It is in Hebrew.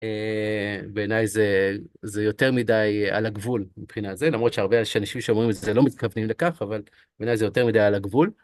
בעיניי זה יותר מדי על הגבול מבחינה זה, למרות שהרבה אנשים שאומרים את זה לא מתכוונים לכך, אבל בעיניי זה יותר מדי על הגבול.